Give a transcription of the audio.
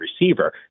receiver